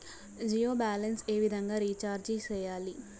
Jio balance ఏ విధంగా recharge సేయాలి?